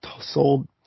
sold